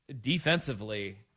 defensively